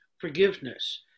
forgiveness